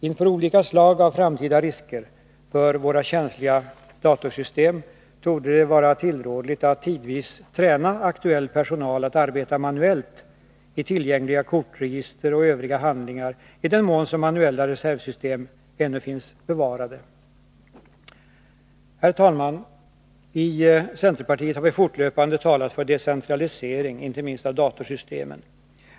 Inför olika slag av framtida risker för våra känsliga datorsystem torde det vara tillrådligt att tidvis träna aktuell personal att arbeta manuellt i tillgängliga kortregister och övriga handlingar i den mån som manuella reservsystem ännu finns bevarade. Herr talman! I centerpartiet har vi fortlöpande talat för decentralisering — inte minst av datorsystemen.